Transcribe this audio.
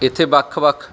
ਇੱਥੇ ਵੱਖ ਵੱਖ